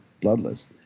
bloodless